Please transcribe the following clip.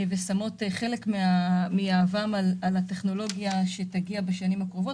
ושמות חלק מיהבן על הטכנולוגיה שתגיע בשנים הקרובות.